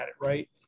right